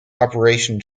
operation